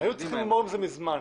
היו צריכים לסיים את זה מזמן.